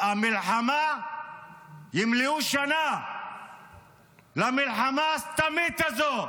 תמלא שנה למלחמה הסתמית הזאת.